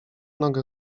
nogę